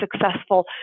successful